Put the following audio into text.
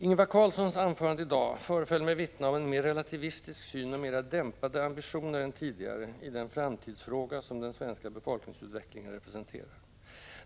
Ingvar Carlssons anförande i dag föreföll mig vittna om en mer relativistisk syn och mera dämpade ambitioner än tidigare i den framtidsfråga som den svenska befolkningsutvecklingen representerar.